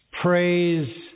praise